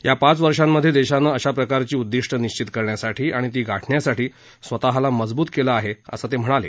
या पाच वर्षात देशानं अशा प्रकारची उद्दिष्ट निश्वित करण्यासाठी आणि ती गाठ्ण्यासाठी स्वतःला मजबूत केलं आहे असं ते म्हणाले